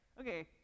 Okay